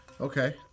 Okay